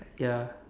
ya